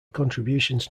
contributions